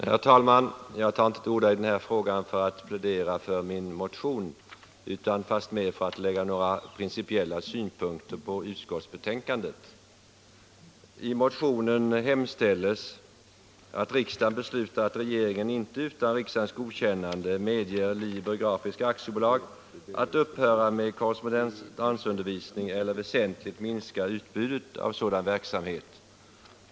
Herr talman! Jag tar inte till orda i denna fråga för att plädera för min motion utan fastmer för att anlägga några principiella synpunkter på utskottsbetänkandet. I motionen 2145 hemställs att riksdagen beslutar att regeringen inte utan riksdagens godkännande medger Liber Grafiska AB att upphöra med korrespondensundervisning eller väsentligt minska utbudet av sådan verksamhet.